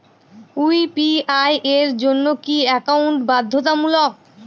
UPI এর জন্য কি একাউন্ট বাধ্যতামূলক?